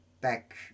back